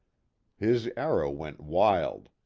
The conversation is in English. his arrow went wild.